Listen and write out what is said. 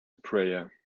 prayer